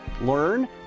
learn